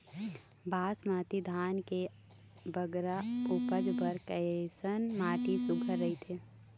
बासमती धान के बगरा उपज बर कैसन माटी सुघ्घर रथे?